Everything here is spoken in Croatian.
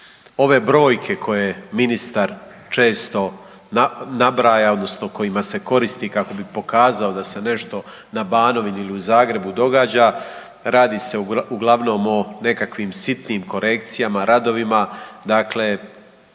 Ove brojke koje ministar često nabraja odnosno kojima se koristi kako bi pokazao da se nešto na Banovini ili u Zagrebu događa, radi se uglavnom o nekakvim sitnim korekcijama, radovima, dakle